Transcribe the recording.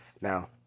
Now